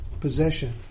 possession